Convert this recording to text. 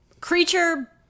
Creature